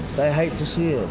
they hate to see ah